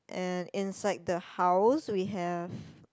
and inside the house we have